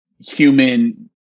human